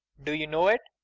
do you know it?